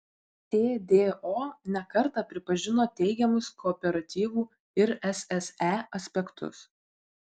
tdo ne kartą pripažino teigiamus kooperatyvų ir sse aspektus